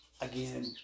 again